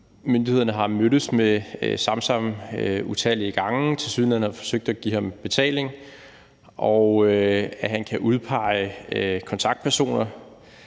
myndighederne har mødtes med Samsam utallige gange og tilsyneladende har forsøgt at give ham betaling, og at han kan udpege kontaktpersoner